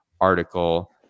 article